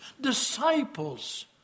disciples